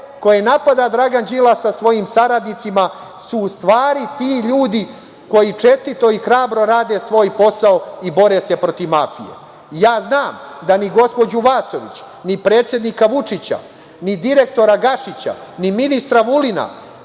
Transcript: koje napada Dragan Đilas sa svojim saradnicima su u stvari ti ljudi koji čestito i hrabro rade svoj posao i bore se protiv mafije. Ja znam da ni gospođu Vasović, ni predsednika Vučića, ni direktora Gašića, ni ministra Vulina,